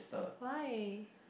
why